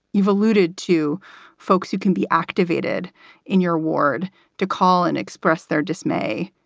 you've alluded to folks who can be activated in your ward to call and express their dismay.